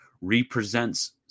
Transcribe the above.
represents